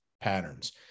patterns